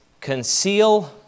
Conceal